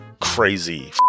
crazy